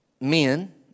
Men